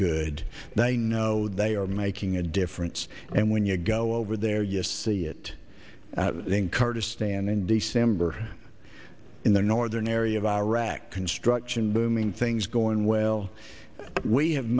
you know they are making a difference and when you go over there you see it in kurdistan in december in the northern area of iraq construction booming things going well we have